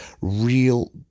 real